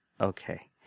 okay